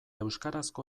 euskarazko